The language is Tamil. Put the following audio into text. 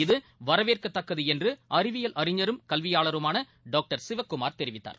இது வரவேற்கத்தக்கது என்று அறிவியல் அறிஞரும் கல்வியாளருமான டாக்டர் சிவக்குமார் தெரிவித்தார்